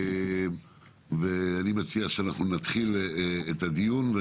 אני מציע שנתחיל את הדיון.